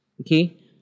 Okay